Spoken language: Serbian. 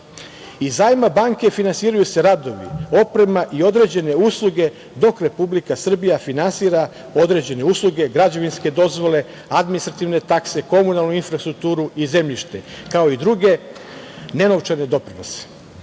zajma Banke finansiraju se radovi, oprema i određene usluge dok Republika Srbija finansira određene usluge, građevinske dozvole, administrativne takse, komunalnu infrastrukturu i zemljište, kao i druge nenovčane